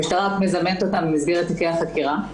המשטרה מזמנת אותם במסגרת תיקי החקירה.